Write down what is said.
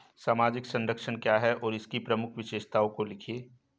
सामाजिक संरक्षण क्या है और इसकी प्रमुख विशेषताओं को लिखिए?